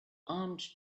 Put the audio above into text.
armed